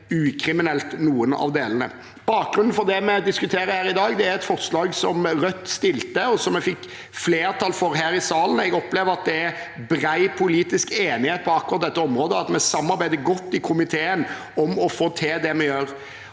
ukriminelt, noen av delene. Bakgrunnen for det vi diskuterer her i dag, er et forslag som Rødt la fram, og som vi fikk flertall for her i salen. Jeg opplever at det er bred politisk enighet på akkurat dette området, og at vi samarbeider godt i komiteen om å få til det vi gjør.